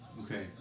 Okay